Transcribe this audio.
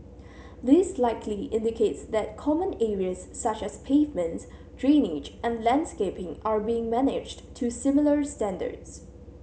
this likely indicates that common areas such as pavements drainage and landscaping are being managed to similar standards